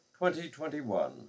2021